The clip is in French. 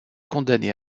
condamné